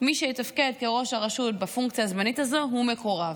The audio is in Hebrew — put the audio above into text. מי שיתפקד כראש הרשות בפונקציה הזמנית הזו הוא מקורב.